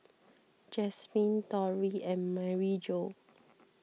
Jasmyne Torry and Maryjo